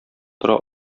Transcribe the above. тора